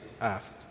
asked